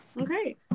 okay